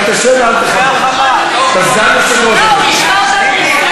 אתה תשב ואל תחמם, אתה סגן יושב-ראש הכנסת.